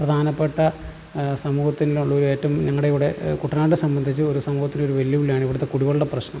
പ്രധാനപ്പെട്ട സമൂഹത്തിനുള്ള ഒരു ഏറ്റവും ഞങ്ങളുടെ ഇവിടെ കുട്ടനാടിനെ സംബന്ധിച്ച് ഒരു സമൂഹത്തിന് ഒരു വെല്ലുവിളിയാണ് ഇവിടുത്തെ കുടിവെള്ള പ്രശ്നം